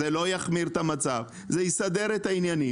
זה לא יחמיר את המצב, זה יסדר את העניינים.